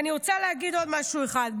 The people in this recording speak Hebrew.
אני רוצה להגיד עוד משהו אחד.